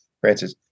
Francis